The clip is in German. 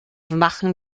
machen